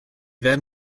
then